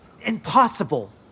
impossible